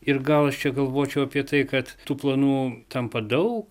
ir gal aš čia galvočiau apie tai kad tų planų tampa daug